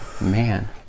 Man